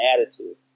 attitude